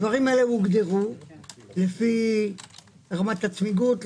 הדברים האלה הוגדרו לפי רמת הצמיגות,